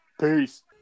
Peace